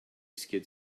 skid